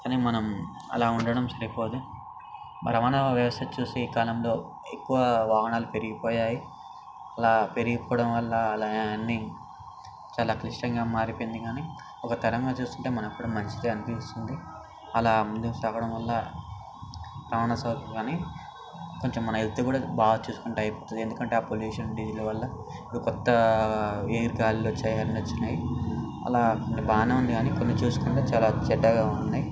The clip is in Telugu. కానీ మనం అలా ఉండడం సరిపోదు మన రవాణా వ్యవస్థ చూసి ఈ కాలంలో ఎక్కువ వాహనాలు పెరిగిపోయాయి అలా పెరిగిపోవడం వల్ల అలా అన్ని చాలా క్లిష్టంగా మారిపోయింది కానీ ఒక తరంగా చూసుకుంటే మనకు కూడా మంచిగానే అనిపిస్తుంది అలా ముందుకు సాగడం వల్ల రవాణా సౌకర్యం కానీ కొంచెం మన హెల్త్ కూడా బాగా చూసుకున్నట్టు అవుతుంది ఎందుకంటే ఆ పొల్యూషన్ డీజిల్ వల్ల ఇప్పుడు కొత్త వెహికల్ వచ్చినాయి అన్ని వచ్చినాయి అలా బాగానే ఉంది కానీ కొన్ని చూసుకుంటే చాలా చెడ్డగా ఉన్నాయి